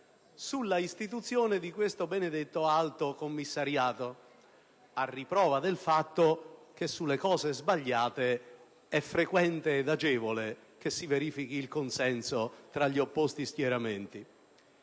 sull'istituzione di questo benedetto Alto Commissariato, a riprova del fatto che sulle cose sbagliate è frequente ed agevole che si verifichi il consenso tra gli opposti schieramenti.